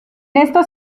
estos